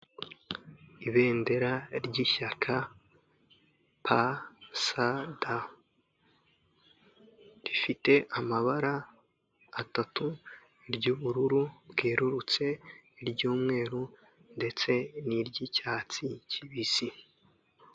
Ibendera ry'Ishyaka P,S, D. Rifite amabara atatu, iry'ubururu bwerurutse, iry'umweru ndetse n'iry' icyatsi kibisi.